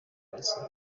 cassien